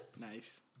Nice